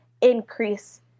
increase